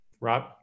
Rob